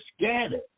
scattered